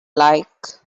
like